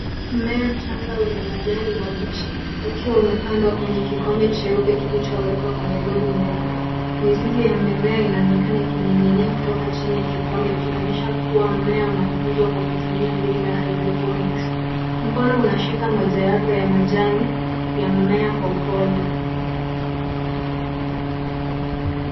Mmea mchanga wenye majani mabichi, ukiwa umepandwa kwenye kikombe cheupe kilichowekwa kwenye bodi nyeupe. Mizizi ya mimea inaonekana ikining'inia kutoka chini ya kikombe ikionyesha kuwa mmea unakuzwa kwa kutumia mbinu ya hydroponics . Mkono unashika moja yapo ya majani ya mmea kwa upole.